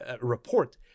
report